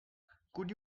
could